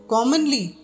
Commonly